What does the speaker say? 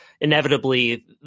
inevitably